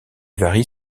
varie